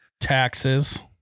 Taxes